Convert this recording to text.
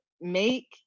make